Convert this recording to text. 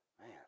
man